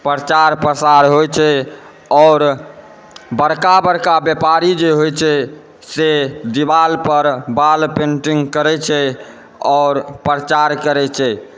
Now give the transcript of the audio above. प्रचार प्रसार होइ छै आओर बड़का बड़का व्यापारी जे होइ छै से दीवालपर वॉल पेन्टिंग करै छै आओर प्रचार करै छै